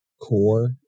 core